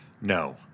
No